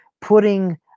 putting